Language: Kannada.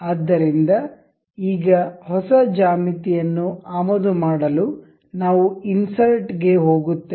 ಆದ್ದರಿಂದ ಈಗ ಹೊಸ ಜ್ಯಾಮಿತಿಯನ್ನು ಆಮದು ಮಾಡಲು ನಾವು ಇನ್ಸರ್ಟ್ ಗೆ ಹೋಗುತ್ತೇವೆ